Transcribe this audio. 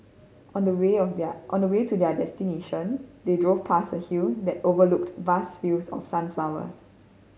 on the way of their on the way to their destination they drove past a hill that overlooked vast fields of sunflowers